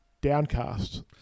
downcast